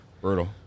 Brutal